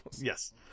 Yes